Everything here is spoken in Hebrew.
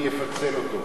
אני אפצל אותו,